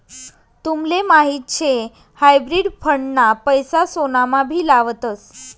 तुमले माहीत शे हायब्रिड फंड ना पैसा सोनामा भी लावतस